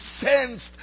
sensed